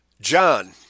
John